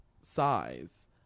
size